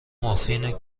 مافین